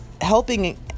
helping